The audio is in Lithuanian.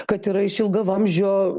kad yra iš ilgavamzdžio